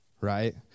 right